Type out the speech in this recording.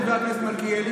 חבר הכנסת מלכיאלי,